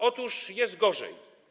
Otóż jest gorzej.